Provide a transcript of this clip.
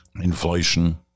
inflation